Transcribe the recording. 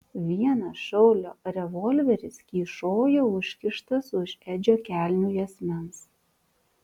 vienas šaulio revolveris kyšojo užkištas už edžio kelnių juosmens